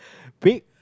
pick